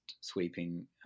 sweeping